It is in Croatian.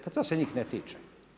Pa to se njih ne tiče.